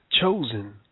chosen